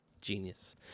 Genius